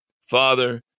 Father